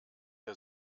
der